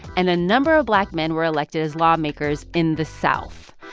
and a number of black men were elected as lawmakers in the south.